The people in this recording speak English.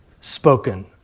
Spoken